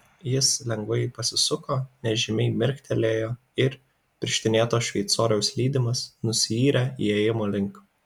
jis lengvai pasisuko nežymiai mirktelėjo ir pirštinėto šveicoriaus lydimas nusiyrė įėjimo link